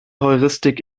heuristik